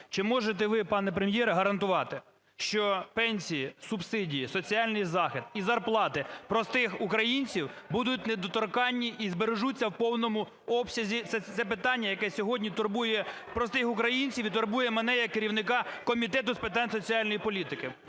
Чи можете ви, пане Прем’єр, гарантувати, що пенсії, субсидії, соціальний захист і зарплати простих українців будуть недоторканні і збережуться в повному обсязі? Це питання, яке сьогодні турбує простих українців і турбує мене як керівника Комітету з питань соціальної політики.